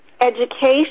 education